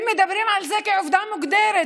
הם מדברים על זה כעובדה מוגמרת,